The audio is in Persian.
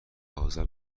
آذر